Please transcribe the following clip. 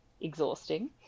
exhausting